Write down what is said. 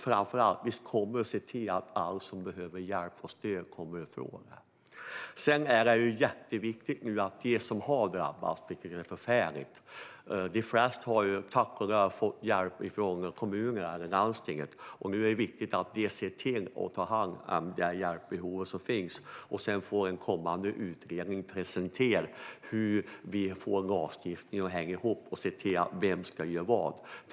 Framför allt kommer vi att se till att alla som behöver hjälp och stöd kommer i fråga. Nu är det jätteviktigt att de som har drabbats, vilket är förfärligt, får hjälp. De flesta har tack och lov fått hjälp från kommunerna eller landstingen, men nu är det viktigt att dessa tar hand om det hjälpbehov som finns. Sedan får den kommande utredningen presentera hur vi får lagstiftningen att hänga ihop och vem som ska göra vad.